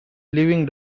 living